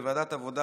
בוועדת העבודה,